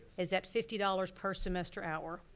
is that fifty dollars per semester hour,